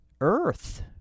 Earth